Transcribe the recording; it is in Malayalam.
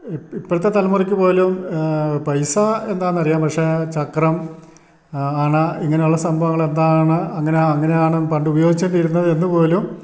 ഇപ്പോഴത്തെ തലമുറക്ക് പോലും പൈസ എന്താന്നറിയാം പക്ഷേ ചക്രം അണ ഇങ്ങനെ ഉള്ള സംഭവങ്ങൾ എന്താണ് അങ്ങനെ അങ്ങനെയാണ് പണ്ട് ഉപയോഗിച്ചോണ്ടിരുന്നത് എന്ന് പോലും